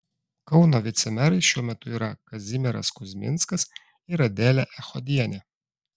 kauno vicemerais šiuo metu yra kazimieras kuzminskas ir adelė echodienė